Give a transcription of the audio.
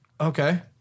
Okay